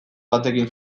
batekin